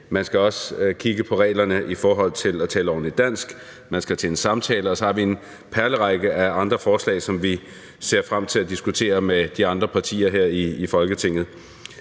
Man skal også kigge på reglerne i forhold til at tale ordentligt dansk. Man skal til en samtale. Og så har vi en perlerække af andre forslag, som vi ser frem til at diskutere med de andre partier her i Folketinget.